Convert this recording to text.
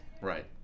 Right